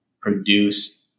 produce